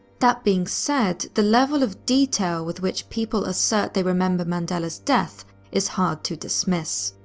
that being said the level of detail with which people assert they remember mandela's death is hard to dismiss.